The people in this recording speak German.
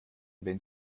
wenn